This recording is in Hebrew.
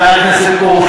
הכנסת פרוש,